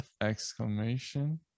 exclamation